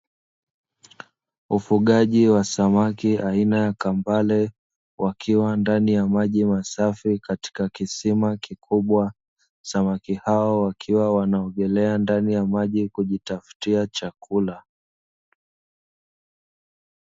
Ufugaji wa samaki aina ya kambale, wakiwa ndani ya maji masafi katika kisima kikubwa. Samaki hao wakiwa wanaogelea ndani ya maji kujitaftia chakula.